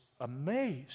amazed